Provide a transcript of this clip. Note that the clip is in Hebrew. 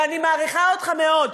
ואני מעריכה אותך מאוד.